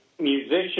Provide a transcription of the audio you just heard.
musician